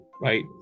right